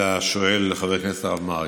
ולשואל, חבר הכנסת הרב מרגי: